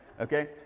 Okay